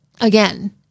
again